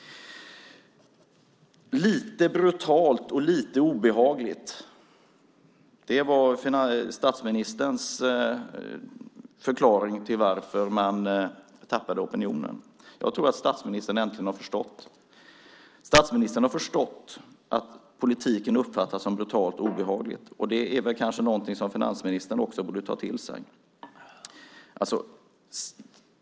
Lite brutalt och lite obehagligt. Det var statsministerns förklaring till att man tappade i opinionen. Jag tror att statsministern äntligen har förstått. Statsministern har förstått att politiken uppfattas som brutal och obehaglig, och det är kanske någonting som finansministern också borde ta till sig.